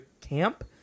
camp